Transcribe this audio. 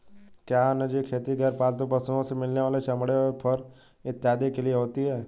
क्या वन्यजीव खेती गैर पालतू पशुओं से मिलने वाले चमड़े व फर इत्यादि के लिए होती हैं?